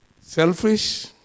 Selfish